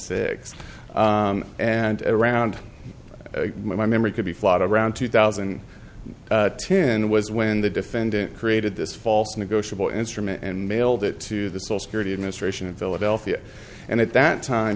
six and around my memory could be flawed around two thousand and ten was when the defendant created this also negotiable instrument and mailed it to the soul security administration in philadelphia and at that time